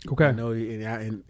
Okay